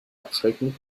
abschrecken